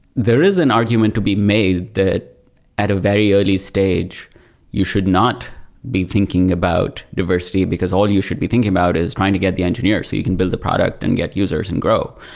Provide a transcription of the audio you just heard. there is an argument to be made that at a very early stage you should not be thinking about diversity, because all you should be thinking about is trying to get the engineer so you can build the product and get users and grow.